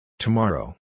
Tomorrow